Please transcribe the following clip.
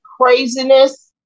craziness